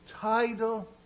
title